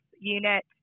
unit